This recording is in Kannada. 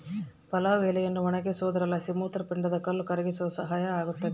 ಪಲಾವ್ ಎಲೆಯನ್ನು ಒಣಗಿಸಿ ಸೇವಿಸೋದ್ರಲಾಸಿ ಮೂತ್ರಪಿಂಡದ ಕಲ್ಲು ಕರಗಿಸಲು ಸಹಾಯ ಆಗುತ್ತದೆ